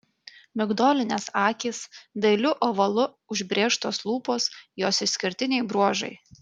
migdolinės akys dailiu ovalu užbrėžtos lūpos jos išskirtiniai bruožai